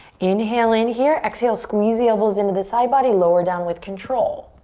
inhale in here. exhale, squeeze the elbows into the side body, lower down with control.